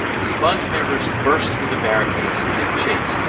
sponge members burst through the barricades and give chase.